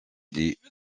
dit